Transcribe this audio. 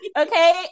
Okay